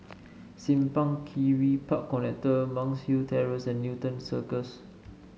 Simpang Kiri Park Connector Monk's Hill Terrace and Newton Circus